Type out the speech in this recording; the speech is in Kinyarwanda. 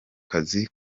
kazi